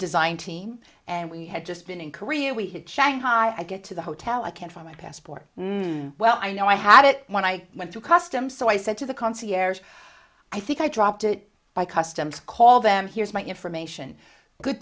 design team and we had just been in korea we had shanghai i get to the hotel i can't from my passport well i know i had it when i went through customs so i said to the concierge i think i dropped it by customs call them here's my information good